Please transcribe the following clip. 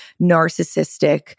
narcissistic